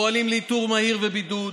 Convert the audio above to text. פועלים לאיתור מהיר ובידוד,